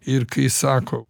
ir kai sako